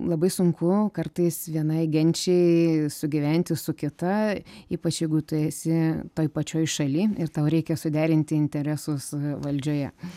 labai sunku kartais vienai genčiai sugyventi su kita ypač jeigu tu esi toj pačioj šaly ir tau reikia suderinti interesus valdžioje